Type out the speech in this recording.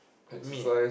me